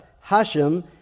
Hashem